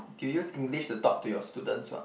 you use English to talk to your student what